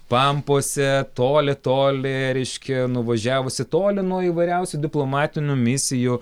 pampose toli toli reiškia nuvažiavusi toli nuo įvairiausių diplomatinių misijų